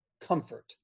comfort